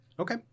Okay